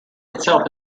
itself